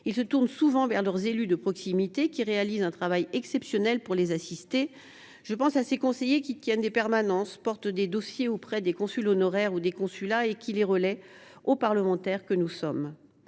et se tournent souvent vers leurs élus de proximité, qui réalisent un travail exceptionnel pour les assister. J’ai ainsi à l’esprit ces conseillers qui tiennent des permanences, qui portent des dossiers auprès des consuls honoraires ou des consulats et qui les relaient en direction des